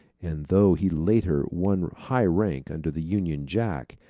and though he later won high rank under the union jack,